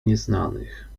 nieznanych